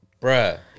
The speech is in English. Bruh